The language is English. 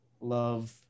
love